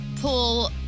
pull